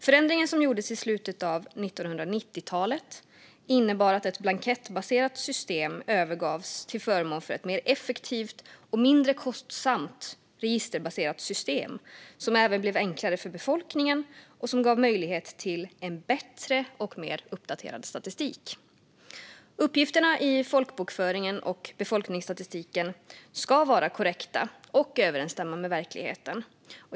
Förändringen som gjordes i slutet av 1990-talet innebar att ett blankettbaserat system övergavs till förmån för ett mer effektivt och mindre kostsamt registerbaserat system som även blev enklare för befolkningen och som gav möjlighet till bättre och mer uppdaterad statistik. Uppgifterna i folkbokföringen och befolkningsstatistiken ska vara korrekta och överensstämma med verkligheten.